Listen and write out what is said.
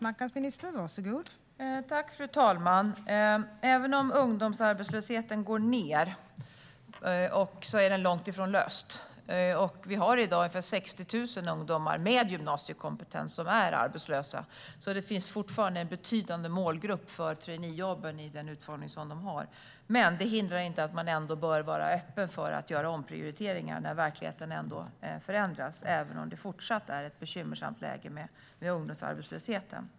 Fru talman! Även om ungdomsarbetslösheten går ned är den långt ifrån löst. Vi har i dag ungefär 60 000 ungdomar med gymnasiekompetens som är arbetslösa. Det finns alltså fortfarande en betydande målgrupp för traineejobben i den utformning som de har. Men det hindrar inte att man bör vara öppen för att göra omprioriteringar när verkligheten förändras, även om läget fortsatt är bekymmersamt vad gäller ungdomsarbetslösheten.